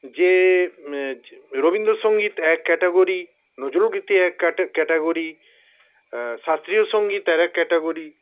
যে রবীন্দ্রসঙ্গীত এক ক্যাটাগরি নজরুলগীতি এক ক্যাটা ক্যাটাগরি শাস্ত্রীয় সঙ্গীত আরেক ক্যাটাগরি